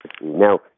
Now